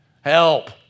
Help